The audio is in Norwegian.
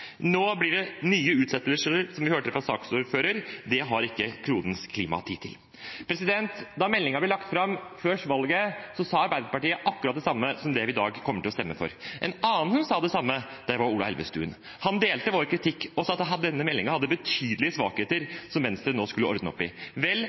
Nå blir det nye utsettelser, slik vi hørte fra saksordføreren. Det har ikke klodens klima tid til. Da meldingen ble lagt fram før valget, sa vi i Arbeiderpartiet akkurat det samme som det vi i dag kommer til å stemme for. En annen som sa det samme, var Ola Elvestuen. Han delte vår kritikk og sa at denne meldingen hadde betydelige